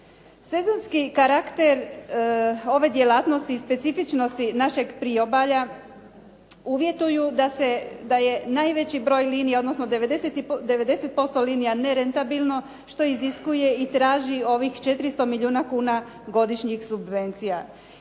Sezonski karakter ove djelatnosti i specifičnosti našeg priobalja uvjetuju da je najveći broj linija, odnosno 90% linija nerentabilno što iziskuje i traži ovih 400 milijuna kuna godišnjih subvencija.